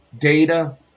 data